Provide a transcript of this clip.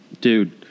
Dude